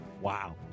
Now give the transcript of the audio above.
Wow